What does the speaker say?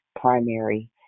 primary